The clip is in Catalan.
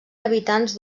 habitants